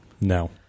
No